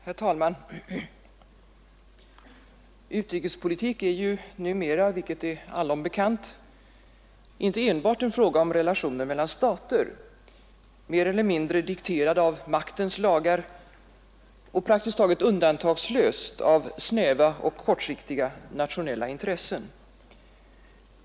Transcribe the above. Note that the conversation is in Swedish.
Herr talman! Utrikespolitik är ju numera — vilket är allom bekant — inte enbart en fråga om relationer mellan stater, mer eller mindre dikterade av maktens lagar och praktiskt taget undantagslöst av snäva och kortsiktiga nationella intressen.